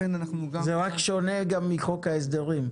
זה שונה מחוק ההסדרים.